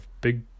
big